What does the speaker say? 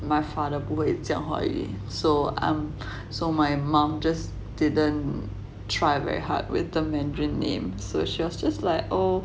my father 不会讲话华语 so I'm so my mom just didn't try very hard with the mandarin name so she just just like oh